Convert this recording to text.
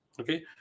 Okay